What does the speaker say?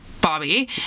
Bobby